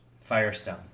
Firestone